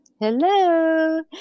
hello